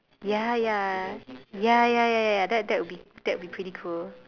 ya ya ya ya ya ya ya that that that would be that would be pretty cool